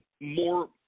more